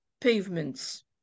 pavements